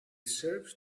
serves